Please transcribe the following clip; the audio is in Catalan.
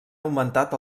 augmentat